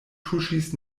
tuŝis